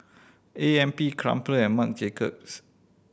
A M P Crumpler and Marc Jacobs